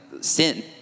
sin